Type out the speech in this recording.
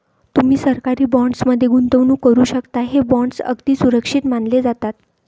तुम्ही सरकारी बॉण्ड्स मध्ये गुंतवणूक करू शकता, हे बॉण्ड्स अगदी सुरक्षित मानले जातात